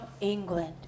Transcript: England